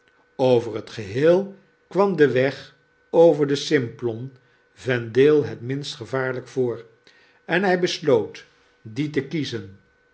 over het geheel kwam de weg over den simplon vendale het minst gevaarlgk voor en hij besloot dien te kiezen